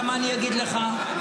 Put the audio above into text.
למה אני אגיד לך?